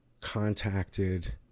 contacted